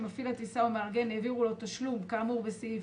שמפעיל הטיסה או מארגן העבירו לו תשלום כאמור בסעיף,